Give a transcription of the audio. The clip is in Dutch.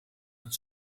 een